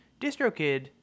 DistroKid